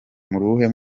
muruhe